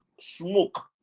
smoke